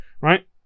right